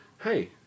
hey